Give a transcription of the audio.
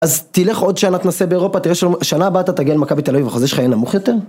אז תלך עוד שנה, תנסה באירופה, תראה שנה הבאת תגיע אל מכבי תל אביב, החוזה שלך יהיה נמוך יותר?